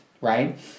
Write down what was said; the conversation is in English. right